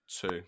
Two